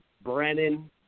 Brennan